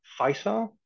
FISA